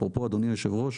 אפרופו, אדוני היושב-ראש,